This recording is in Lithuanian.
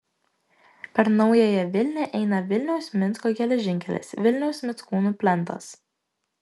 per naująją vilnią eina vilniaus minsko geležinkelis vilniaus mickūnų plentas